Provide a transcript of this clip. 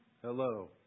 Hello